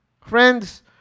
Friends